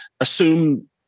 assume